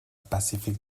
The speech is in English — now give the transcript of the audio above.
pacific